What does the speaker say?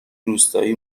روستایی